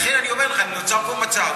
לכן אני אומר לך שנוצר פה מצב,